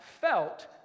felt